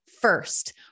first